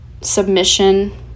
submission